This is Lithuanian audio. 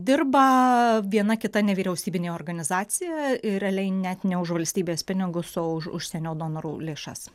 dirba viena kita nevyriausybinė organizacija ir realiai net ne už valstybės pinigus o už užsienio donorų lėšas